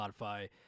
Spotify